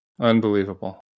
Unbelievable